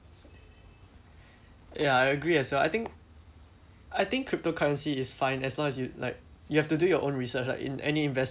ya I agree as well I think I think cryptocurrency is fine as long as you like you have to do your own research like in any investment